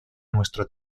nuestro